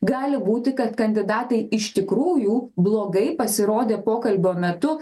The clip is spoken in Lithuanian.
gali būti kad kandidatai iš tikrųjų blogai pasirodė pokalbio metu